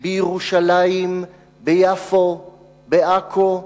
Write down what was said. תליות,/ בירושלים, ביפו, בעכו,